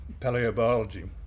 paleobiology